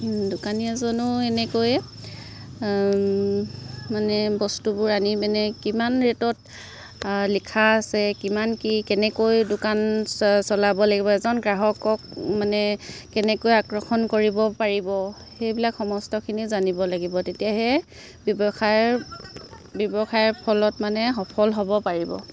দোকানী এজনো এনেকৈয়ে মানে বস্তুবোৰ আনি মানে কিমান ৰেটত লিখা আছে কিমান কি কেনেকৈ দোকান চলাব লাগিব এজন গ্ৰাহকক মানে কেনেকৈ আকৰ্ষণ কৰিব পাৰিব সেইবিলাক সমস্তখিনি জানিব লাগিব তেতিয়াহে ব্যৱসায়ৰ ব্যৱসায়ৰ ফলত মানে সফল হ'ব পাৰিব